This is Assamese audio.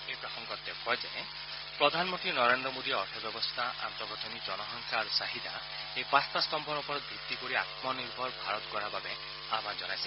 এই প্ৰসংগত তেওঁ কয় যে প্ৰধানমন্ত্ৰী নৰেন্দ্ৰ মোদীয়ে অৰ্থব্যৱস্থা আন্তঃগাঁথনি জনসংখ্যা আৰু চাহিদাৰ এই পাঁচটা স্তম্ভৰ ওপৰত ভিত্তি কৰি আম্মনিৰ্ভৰশীল ভাৰত গঢ়াৰ বাবে আহান জনাইছে